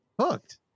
hooked